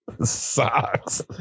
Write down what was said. Socks